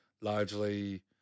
largely